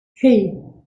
hei